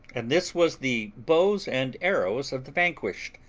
and this was the bows and arrows of the vanquished,